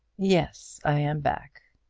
yes i am back.